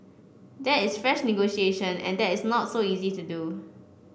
that is fresh negotiation and that is not so easy to do